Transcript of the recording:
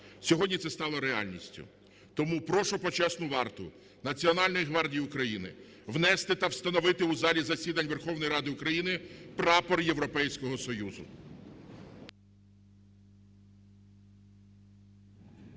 Сьогодні це стало реальністю. Тому прошу Почесну варту Національної гвардії України внести та встановити у залі засідань Верховної Ради України прапор Європейського Союзу.